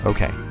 Okay